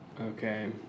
Okay